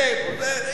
חוזר,